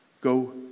Go